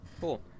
Cool